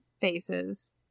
faces